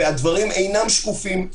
והדברים אינם שקופים.